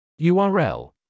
URL